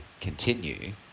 continue